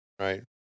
Right